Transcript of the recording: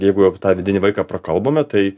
jeigu jau apie tą vidinį vaiką prakalbome tai